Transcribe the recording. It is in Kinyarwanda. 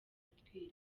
atwite